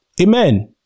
amen